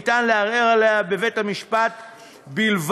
אפשר לערער עליה בבית-המשפט בלבד.